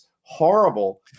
horrible